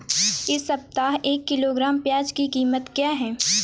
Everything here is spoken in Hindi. इस सप्ताह एक किलोग्राम प्याज की कीमत क्या है?